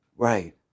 Right